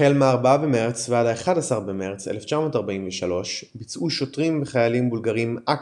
החל מ-4 במרץ ועד 11 במרץ 1943 ביצעו שוטרים וחיילים בולגרים "אקציה"